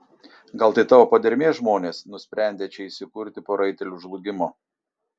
gal tai tavo padermės žmonės nusprendę čia įsikurti po raitelių žlugimo